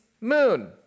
moon